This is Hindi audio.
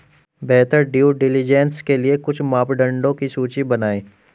बेहतर ड्यू डिलिजेंस के लिए कुछ मापदंडों की सूची बनाएं?